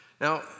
Now